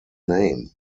name